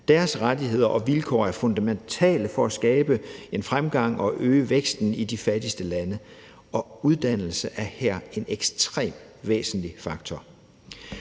Deres rettigheder og vilkår er fundamentale for at skabe en fremgang og øge væksten i de fattigste lande, og her er uddannelse en ekstremt væsentlig faktor.